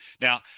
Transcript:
Now